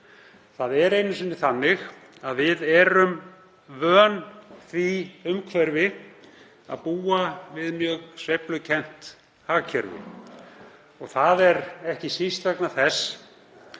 Það er einu sinni þannig að við erum vön því að búa við mjög sveiflukennt hagkerfi. Það er ekki síst vegna þess